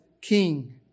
king